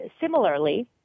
Similarly